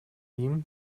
ihm